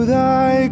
Thy